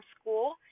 School